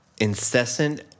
incessant